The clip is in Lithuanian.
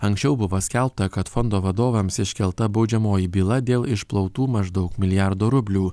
anksčiau buvo skelbta kad fondo vadovams iškelta baudžiamoji byla dėl išplautų maždaug milijardo rublių